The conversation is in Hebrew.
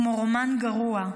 כמו רומן גרוע,